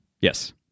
Yes